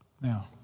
Now